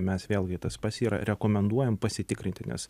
mes vėlgi tas pats yra rekomenduojam pasitikrinti nes